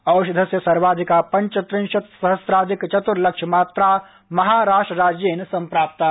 औषधस्य सर्वाधिका पञ्चत्रिंशत सहस्राधिक चतुर्लक्ष मात्रा महाराष्ट्र राज्येन सम्प्राप्ता